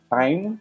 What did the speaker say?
time